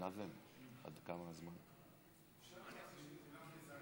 איך אתם הולכים להעביר